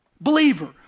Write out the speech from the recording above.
believer